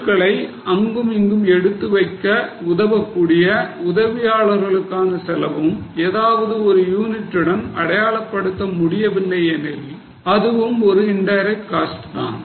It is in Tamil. பொருட்களை அங்கும் இங்கும் எடுத்து வைக்க உதவக்கூடிய உதவியாளர்களுக்கான செலவும் ஏதாவது ஒரு யூனிட் உடன் அடையாளப்படுத்த முடியவில்லை எனில் அதுவும் ஒரு இன்டைரக்ட் காஸ்ட் தான்